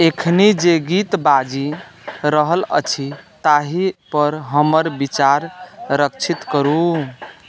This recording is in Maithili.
एखनि जे गीत बाजि रहल अछि ताहि पर हमर विचार रक्षित करू